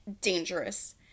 dangerous